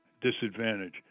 Disadvantage